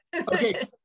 Okay